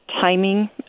Timing